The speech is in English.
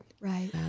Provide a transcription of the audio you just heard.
Right